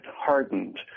hardened